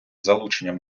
залученням